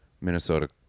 Minnesota